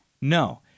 No